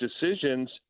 decisions